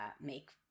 make